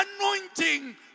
anointing